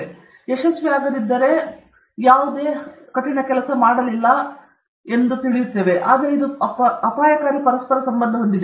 ಇದು ಯಶಸ್ವಿಯಾಗದಿದ್ದರೆ ಯಾವುದೇ ಹಾರ್ಡ್ ಕೆಲಸವಿಲ್ಲ ಆದರೆ ಇದು ಅಪಾಯಕಾರಿ ಪರಸ್ಪರ ಸಂಬಂಧ ಹೊಂದಿದೆ